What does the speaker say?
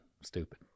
stupid